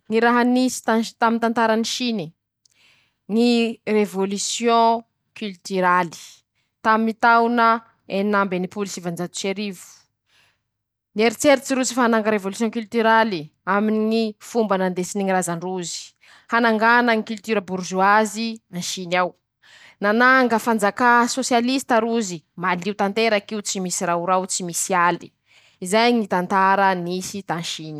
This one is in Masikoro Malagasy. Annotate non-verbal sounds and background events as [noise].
Ñy raha nisy tan taminy tantarany Siny: ñy revôlisiôn kilitiraly, taminy taona enin'amby no mpolo sivanjato sy arivo, nieritseritsy rozy fa hanangana revôlisiôn kilitiraly aminy ñy fomba nandesiny [shushes] ñy razandrozy, hanangana ñy kilitira borgoazy a Sin'iao, nananga fanjakà sôsialisita rozy malio tanterak'io, tsy misy raorao, tsy misy aly, zay ñy tantara nisy tañ.